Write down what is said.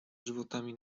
żywotami